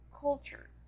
culture